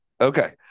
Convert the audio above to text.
okay